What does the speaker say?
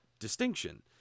distinction